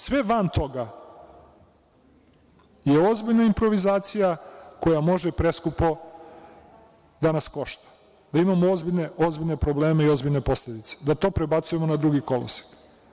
Sve van toga je ozbiljna improvizacija koja može preskupo da nas košta, da imamo ozbiljne probleme i ozbiljne posledice, da to prebacujemo na drugi kolosek.